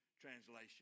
Translation